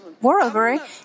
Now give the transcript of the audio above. moreover